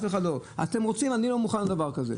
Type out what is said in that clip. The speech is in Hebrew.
אני לא מוכן לדבר כזה.